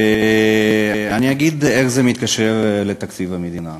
ואני אגיד איך זה מתקשר לתקציב המדינה.